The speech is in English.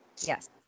Yes